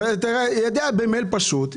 תיידע במייל פשוט,